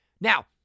Now